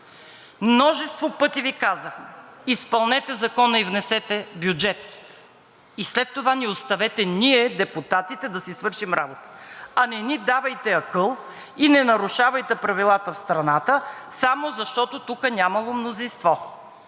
Множество пъти Ви казах – изпълнете Закона и внесете бюджет, и след това ни оставете ние депутатите да си свършим работата, а не ни давайте акъл и не нарушавайте правилата в страната само защото тук нямало мнозинство.